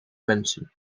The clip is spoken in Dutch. mensen